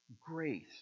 grace